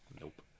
Nope